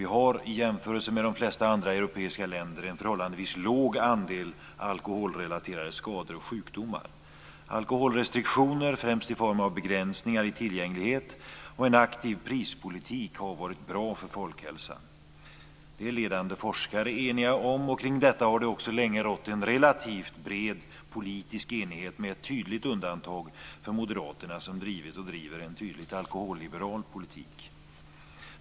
Vi har i jämförelse med de flesta andra europeiska länder en förhållandevis låg andel alkoholrelaterade skador och sjukdomar. Alkoholrestriktioner, främst i form av begränsningar i tillgänglighet, och en aktiv prispolitik har varit bra för folkhälsan. Det är ledande forskare eniga om, och kring detta har det också länge rätt en relativt bred politisk enighet, med ett tydligt undantag för Moderaterna, som drivit och driver en tydligt alkoholliberal politik.